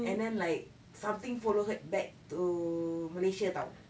and then like something followed her back to malaysia [tau]